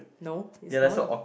no it's not